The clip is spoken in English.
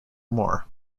more